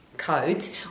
codes